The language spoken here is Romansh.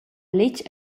letg